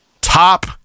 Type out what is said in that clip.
top